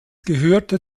gehörte